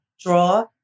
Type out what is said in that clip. draw